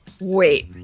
wait